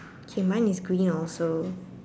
okay mine is green also